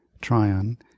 tryon